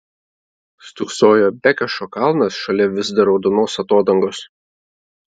stūksojo bekešo kalnas šalia vis dar raudonos atodangos